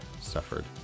suffered